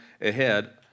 ahead